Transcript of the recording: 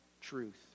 truth